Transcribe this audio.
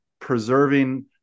preserving